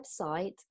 website